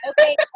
Okay